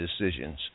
decisions